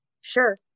sure